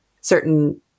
certain